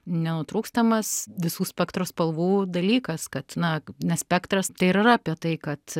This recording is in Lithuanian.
nenutrūkstamas visų spektro spalvų dalykas kad na nes spektras tai ir yra apie tai kad